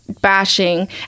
bashing